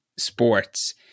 sports